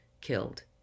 killed